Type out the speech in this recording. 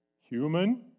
human